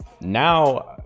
Now